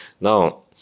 Now